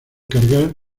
cargar